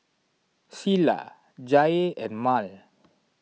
Cilla Jaye and Mal